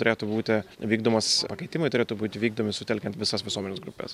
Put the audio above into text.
turėtų būti vykdomas pakeitimai turėtų būti vykdomi sutelkiant visas visuomenės grupes